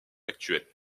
actuel